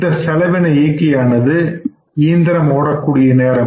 இந்த செலவின இயக்கியானது இயந்திரம் ஓடக்கூடிய நேரம்